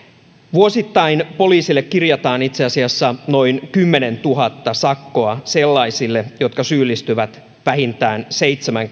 vuosittain poliisille kirjataan itse asiassa noin kymmenentuhatta sakkoa sellaisille jotka syyllistyvät vähintään seitsemän